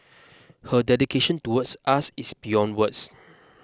her dedication towards us is beyond words